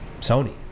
Sony